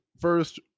first